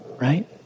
Right